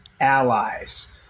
Allies